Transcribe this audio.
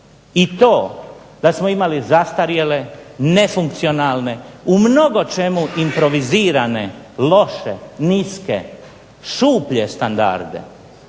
da smo imali zastarjele, nefunkcionalne, u mnogo čemu improvizirane, loše, niske, šuplje standarde.